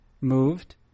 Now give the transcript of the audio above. moved